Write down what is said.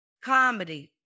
comedy